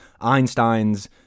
Einstein's